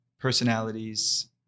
personalities